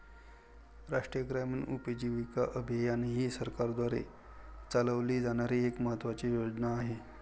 राष्ट्रीय ग्रामीण उपजीविका अभियान ही सरकारद्वारे चालवली जाणारी एक महत्त्वाची योजना आहे